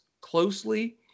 closely